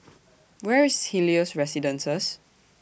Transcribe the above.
Where IS Helios Residences